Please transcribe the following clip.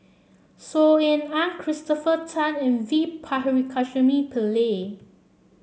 Saw Ean Ang Christopher Tan and V Pakirisamy Pillai